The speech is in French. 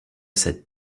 cette